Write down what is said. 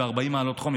ב-40 מעלות חום,